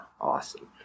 Awesome